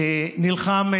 ונלחם,